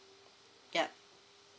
yup